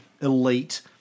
elite